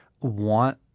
want